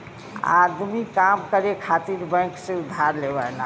आदमी काम करे खातिर बैंक से उधार लेवला